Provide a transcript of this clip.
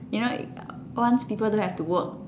you know once people don't have to work